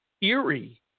eerie